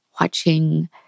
watching